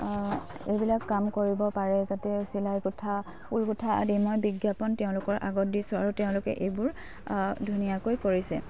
এইবিলাক কাম কৰিব পাৰে যাতে চিলাই গুঁঠা ঊল গুঁঠা আদি মই বিজ্ঞাপন তেওঁলোকৰ আগত দিছোঁ আৰু তেওঁলোকে এইবোৰ ধুনীয়াকৈ কৰিছে